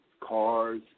cars